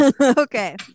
okay